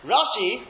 Rashi